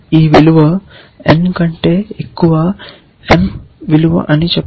విలువ n కంటే ఎక్కువ m విలువ అని చెప్పండి